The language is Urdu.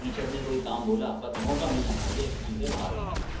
ٹیچر نے کوئی کام بولا بس موقع ملنا چاہیے اسکول سے باہر نکلنے کا